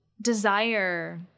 desire